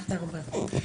תודה רבה.